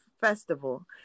festival